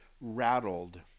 rattled